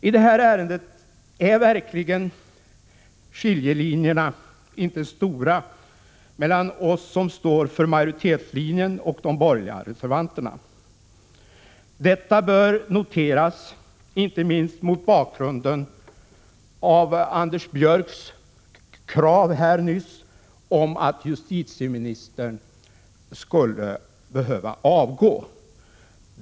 I det här ärendet är verkligen skiljelinjerna inte stora mellan oss som står för majoritetslinjen och de borgerliga reservanterna. Detta bör noteras inte minst mot bakgrund av Anders Björcks krav nyss att justitieministern skulle avgå.